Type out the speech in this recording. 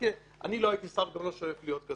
כי אני לא הייתי שר ואני גם לא שואף להיות כזה,